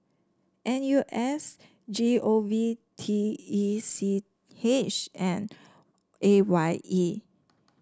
N U S G O V T E C H and A Y E